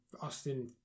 Austin